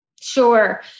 Sure